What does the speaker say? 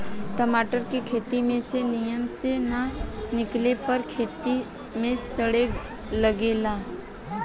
टमाटर के खेत में से निमन से ना निकाले पर खेते में सड़े लगेला